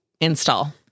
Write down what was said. install